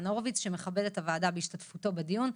הורוביץ שמכבד את הוועדה בהשתתפותו בדיון,